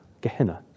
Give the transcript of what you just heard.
Gehenna